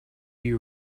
you